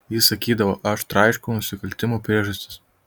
jis sakydavo aš traiškau nusikaltimų priežastis